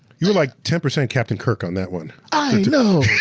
you were like ten percent captain kirk on that one. i know.